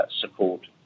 support